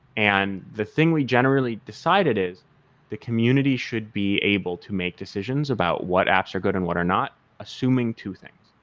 and the thing we generally decided is the community should be able to make decisions about what apps are good and what are not assuming two things.